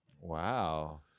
Wow